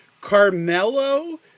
Carmelo